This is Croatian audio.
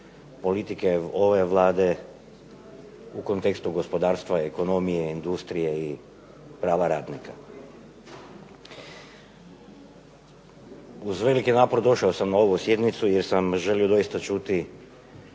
politike ove Vlade u kontekstu gospodarstva, ekonomije, industrije i prava radnika. Uz veliki napor došao sam na ovu sjednicu jer sam želio doista čuti